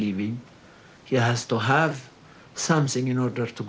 levy yeah still have something in order to